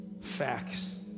facts